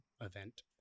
event